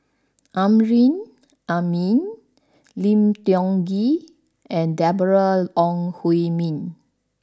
Amrin Amin Lim Tiong Ghee and Deborah Ong Hui Min